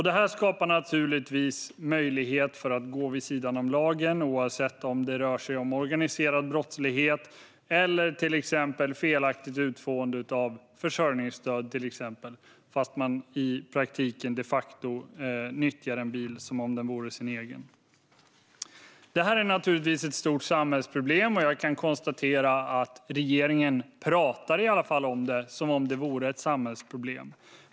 Detta skapar naturligtvis möjligheter att gå vid sidan om lagen, oavsett om det rör sig om organiserad brottslighet eller om att till exempel felaktigt få försörjningsstöd fast man i praktiken de facto nyttjar en bil som om den vore ens egen. Detta är naturligtvis ett stort samhällsproblem, och jag kan konstatera att regeringen i alla fall talar om det som om det vore ett samhällsproblem.